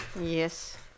Yes